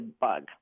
bug